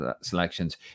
selections